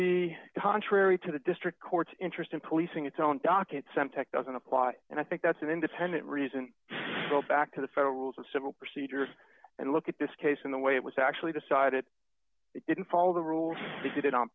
be contrary to the district court's interest in policing its own docket some tech doesn't apply and i think that's an independent reason so back to the federal rules of civil procedure and look at this case in the way it was actually decided it didn't follow the rules